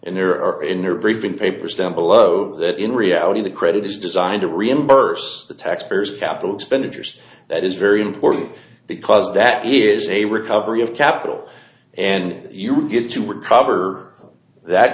and there are in there very few papers down below that in reality the credit is designed to reimburse the taxpayers capital expenditures that is very important because that is a recovery of capital and you get to recover that